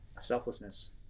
selflessness